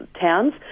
towns